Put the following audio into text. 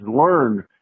learn